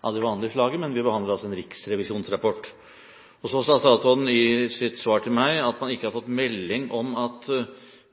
av det vanlige slaget, men vi behandler altså Riksrevisjonens rapport. Så sa statsråden i sitt svar til meg at man ikke har fått melding om at